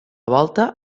volta